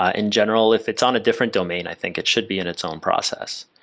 ah in general, if it's on a different domain, i think it should be in its own process.